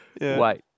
wait